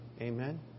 Amen